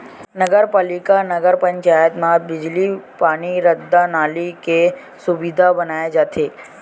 नगर पालिका, नगर पंचायत म बिजली, पानी, रद्दा, नाली के सुबिधा बनाए जाथे